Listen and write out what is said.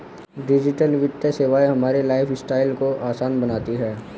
digital वित्तीय सेवाएं हमारे लाइफस्टाइल को आसान बनाती हैं